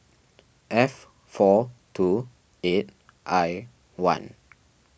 F four two eight I one